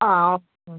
ആ ഓ ഉം